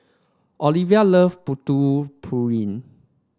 Oliva love Putu Piring